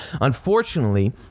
Unfortunately